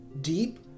deep